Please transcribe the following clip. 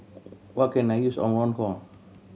what can I use Omron for